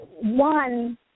One